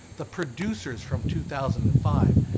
the producers from two thousand and five,